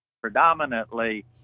predominantly